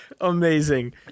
Amazing